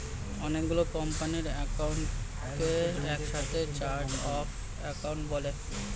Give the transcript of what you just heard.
অনেক গুলো কোম্পানির অ্যাকাউন্টকে একসাথে চার্ট অফ অ্যাকাউন্ট বলে